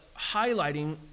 highlighting